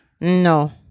No